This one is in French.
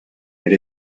elle